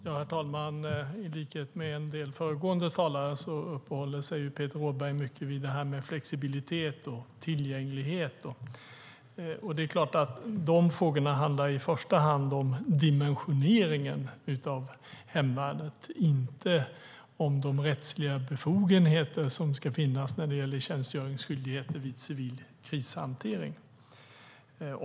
Herr talman! I likhet med en del föregående talare uppehåller sig Peter Rådberg mycket vid flexibilitet och tillgänglighet. Det är klart att de frågorna i första hand handlar om dimensioneringen av hemvärnet, inte om de rättsliga befogenheter som ska finnas när det gäller tjänstgöringsskyldighet vid civil krishantering.